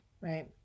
right